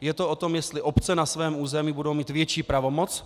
Je to o tom, jestli obce na svém území budou mít větší pravomoc.